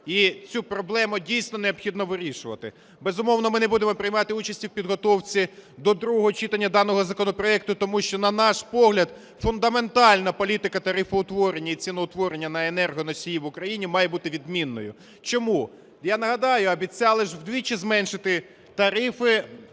І цю проблему дійсно необхідно вирішувати. Безумовно, ми не будемо приймати участь у підготовці до другого читання даного законопроекту, тому що, на наш погляд, фундаментальна політика тарифоутворення і ціноутворення на енергоносії в Україні має бути відмінною. Чому? Я нагадаю, обіцяли ж вдвічі зменшити тарифи